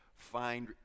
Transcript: find